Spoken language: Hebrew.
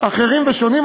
אחרים ושונים,